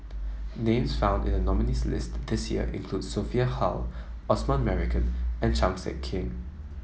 names found in the nominees' list this year include Sophia How Osman Merican and Chan Sek Keong